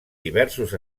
diversos